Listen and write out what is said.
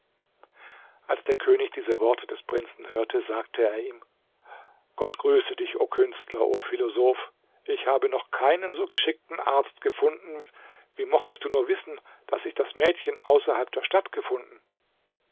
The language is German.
als der könig diese worte des prinzen hörte sagte er ihm gott grüße dich o künstler o philosoph ich habe noch keinen so geschickten arzt gefunden wie mochtest du nur wissen daß ich das mädchen außerhalb der stadt gefunden